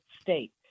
state